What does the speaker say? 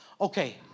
Okay